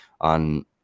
on